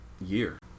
year